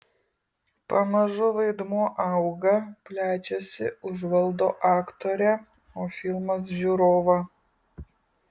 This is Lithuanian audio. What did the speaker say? pamažu vaidmuo auga plečiasi užvaldo aktorę o filmas žiūrovą